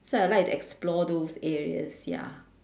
so I like to explore those areas ya